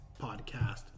podcast